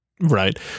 right